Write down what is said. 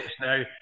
now